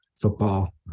football